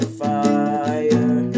fire